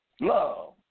Love